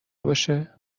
باشه